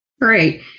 Great